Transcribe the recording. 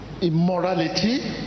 immorality